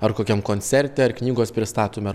ar kokiam koncerte ar knygos pristatome ar